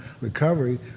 recovery